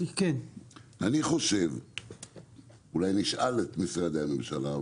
נשאל את משרדי הממשלה,